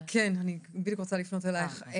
כן, אני בדיוק רוצה לפנות אלייך.